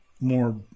more